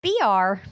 BR